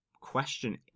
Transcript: question